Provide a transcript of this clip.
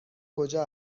کجا